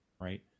right